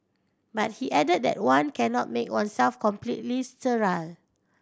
but he added that one cannot make oneself completely sterile